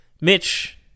Mitch